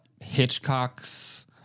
Hitchcock's